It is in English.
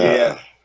yeah,